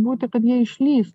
būti kad jie išlys